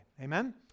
Amen